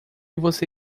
você